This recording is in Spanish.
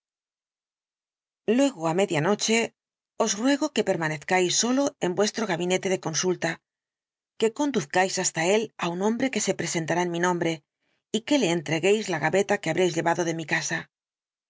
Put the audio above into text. luego á media noche os ruego que relación del dr lanyón h permanezcáis solo en vuestro gabinete de consulta que conduzcáis hasta él á un hombre que se presentará en mi nombre y que le entreguéis la gaveta que habréis llevado de mi casa